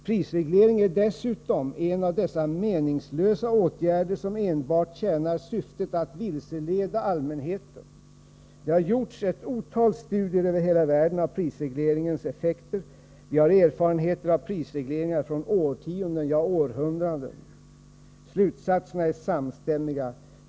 Prisreglering är dessutom en av dessa meningslösa åtgärder som enbart tjänar syftet att vilseleda allmänheten. Det har gjorts ett otal studier över hela världen av prisregleringens effekter. Vi har erfarenheter av prisregleringar från årtionden och århundraden. Slutsatserna är samstämmiga.